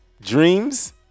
Dreams